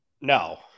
No